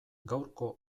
gaurko